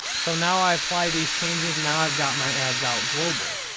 so, now i apply these changes. now, i've got my ads out global.